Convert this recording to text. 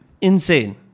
Insane